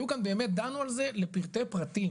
היו כאן באמת, דנו על זה לפרטי פרטים